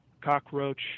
cockroach